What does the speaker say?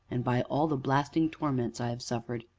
and by all the blasting torments i have suffered.